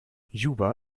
juba